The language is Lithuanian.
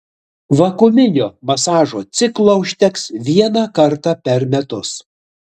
vakuuminio masažo ciklo užteks vieną kartą per metus